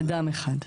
אדם אחד,